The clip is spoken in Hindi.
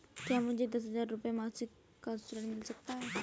क्या मुझे दस हजार रुपये मासिक का ऋण मिल सकता है?